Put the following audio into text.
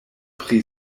pri